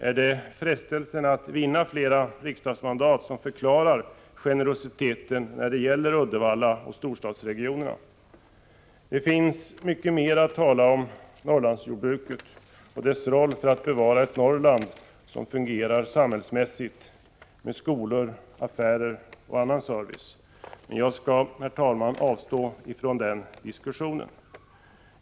Är det frestelsen att vinna flera riksdagsmandat som förklarar generositeten när det gäller Uddevalla och storstadsregionerna? Det finns mycket mera att säga om Norrlandsjordbruket och dess roll för att bevara ett Norrland som fungerar samhällsmässigt med skolor, affärer och annan service, men jag skall avstå från den diskussionen.